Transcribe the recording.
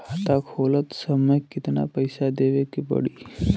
खाता खोलत समय कितना पैसा देवे के पड़ी?